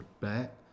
back